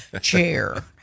chair